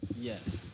Yes